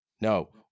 No